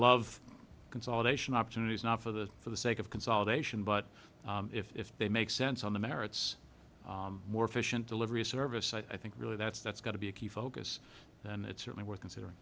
love consolidation opportunities not for the for the sake of consolidation but if they make sense on the merits more efficient delivery service i think really that's that's got to be a key focus and it's certainly worth considering